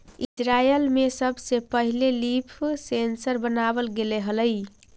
Israel में सबसे पहिले लीफ सेंसर बनाबल गेले हलई